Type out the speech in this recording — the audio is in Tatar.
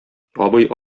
абый